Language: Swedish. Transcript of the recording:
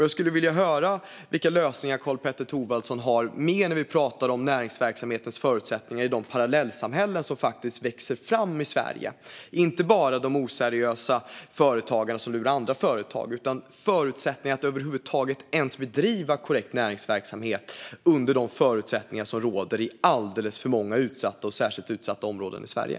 Jag skulle vilja höra vilka ytterligare lösningar Karl-Petter Thorwaldsson har när vi pratar om näringsverksamhetens förutsättningar i de parallellsamhällen som faktiskt växer fram i Sverige. Det gäller alltså inte bara de oseriösa företagare som lurar andra företag, utan det handlar om möjligheterna att över huvud taget bedriva korrekt näringsverksamhet under de förutsättningar som råder i alldeles för många utsatta och särskilt utsatta områden i Sverige.